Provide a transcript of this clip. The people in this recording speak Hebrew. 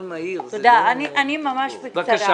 ממש בקצרה.